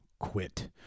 quit